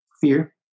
Fear